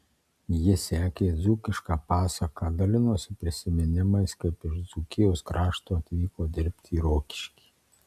ji sekė dzūkišką pasaką dalinosi prisiminimais kaip iš dzūkijos krašto atvyko dirbti į rokiškį